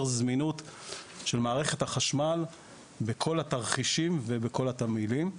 זמינות של מערכת החשמל בכל התרחישים ובכל התמהילים.